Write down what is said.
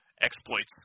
exploits